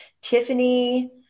Tiffany